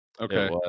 Okay